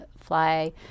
fly